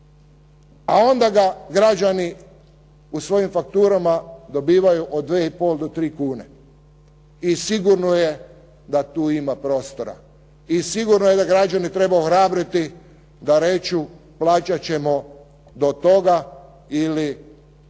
a onda ga građani u svojim fakturama dobivaju od 2,50 do 3,00 kune. I sigurno je da tu ima prostora. I sigurno je da građane treba ohrabriti da kažu plaćati ćemo do toga ili biti